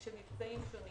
של מבצעים שונים